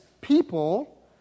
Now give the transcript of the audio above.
people